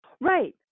Right